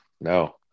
no